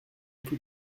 tout